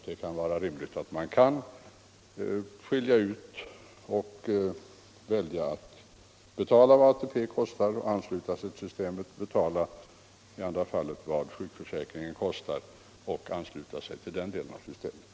Det är rimligt att kunna välja att i det ena fallet betala vad ATP kostar och ansluta sig till det systemet och i det andra fallet betala vad sjukförsäkringen kostar och ansluta sig till det systemet.